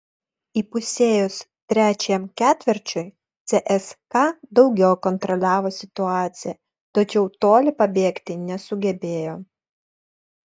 įpusėjus trečiajam ketvirčiui cska daugiau kontroliavo situaciją tačiau toli pabėgti nesugebėjo